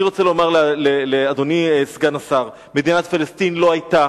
אני רוצה לומר לאדוני סגן השר: מדינת פלסטין לא היתה